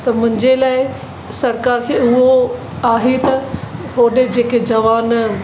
त मुंहिंजे लाइ सरकार खे उहो आहे त ओॾे जेके जवान